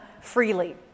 freely